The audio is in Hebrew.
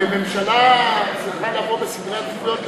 וממשלה צריכה לבוא בסדרי עדיפויות.